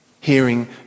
hearing